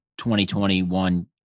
2021